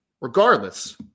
Regardless